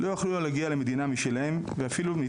לא יוכלו להגיע למדינה משלהם ואפילו אם היא